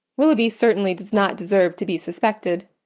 willoughby certainly does not deserve to be suspected.